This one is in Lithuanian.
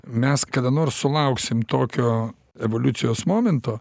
mes kada nors sulauksim tokio evoliucijos momento